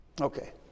Okay